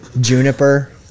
juniper